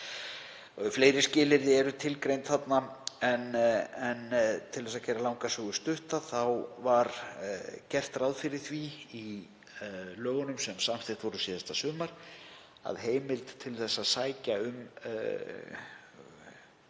Fleiri skilyrði eru tilgreind en til að gera langa sögu stutta var gert ráð fyrir því í lögunum sem samþykkt voru síðasta sumar að heimild til að sækja um